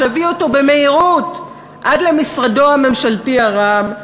שהביא אותו במהירות עד למשרדו הממשלתי הרם,